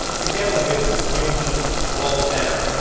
together with newton, voltaire,